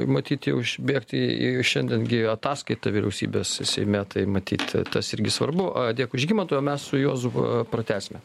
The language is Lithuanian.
matyt jau išbėgti į šiandien gi ataskaita vyriausybės seime tai matyt tas irgi svarbu dėkui žygimantui o mes su juozu pratęsime